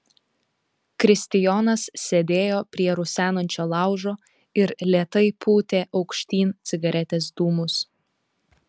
kristijonas sėdėjo prie rusenančio laužo ir lėtai pūtė aukštyn cigaretės dūmus